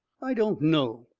i don't know,